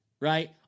right